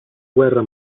guerra